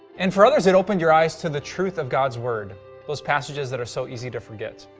and for others, it opened your eyes to the truth of god's word those passages that are so easy to forget.